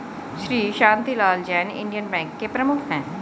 Shri Shantilal Jain Indian Bank के प्रमुख है